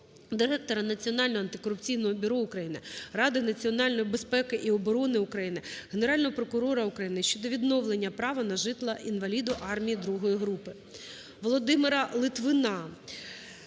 Директора Національного антикорупційного бюро України, Ради національної безпеки і оборони України, Генерального прокурора України щодо відновлення права на житло інваліду армії 2 групи. Володимира Литвина